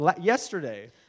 yesterday